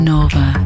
Nova